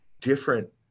different